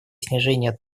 снижения